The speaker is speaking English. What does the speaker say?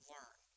Learn